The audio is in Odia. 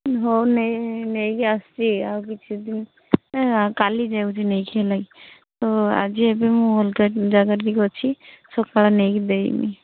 ହଉ ନେଇକି ଆସୁଛି ଆ କାଲି ଯେମିତି ନେଇକି ହେଲେ ଯିବି ତ ଆଜି ଏବେ ମୁଁ ଅଲଗା ଜାଗାରେ ଟିକେ ଅଛି ସକାଳେ ନେଇକି ଦେଇଦେବି